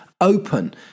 open